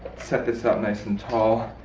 set this up nice and tall.